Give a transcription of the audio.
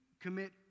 commit